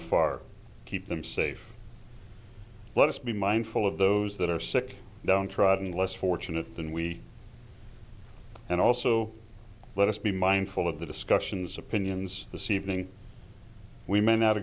and far keep them safe let us be mindful of those that are sick downtrodden less fortunate than we are and also let us be mindful of the discussions opinions the seething we may not